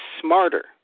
smarter